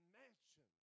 mansion